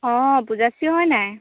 অঁ পূজাশ্ৰী হয় নাই